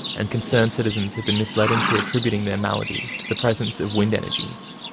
and concerned citizens have been misled into attributing their maladies to the presence of wind energy,